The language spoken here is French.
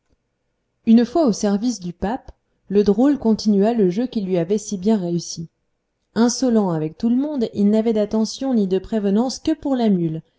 une fois au service du pape le drôle continua le jeu qui lui avait si bien réussi insolent avec tout le monde il n'avait d'attentions ni de prévenances que pour la mule